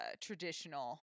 traditional